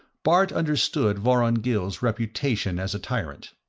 bart understood vorongil's reputation as a tyrant.